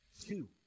Two